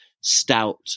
Stout